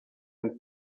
and